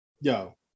Yo